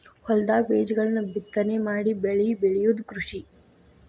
ಹೊಲದಾಗ ಬೇಜಗಳನ್ನ ಬಿತ್ತನೆ ಮಾಡಿ ಬೆಳಿ ಬೆಳಿಯುದ ಕೃಷಿ